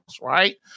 right